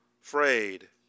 frayed